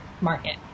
market